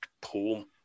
poem